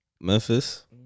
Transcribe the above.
Memphis